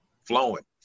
flowing